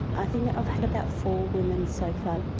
i think i've had about four women so far.